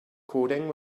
coding